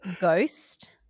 Ghost